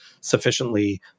sufficiently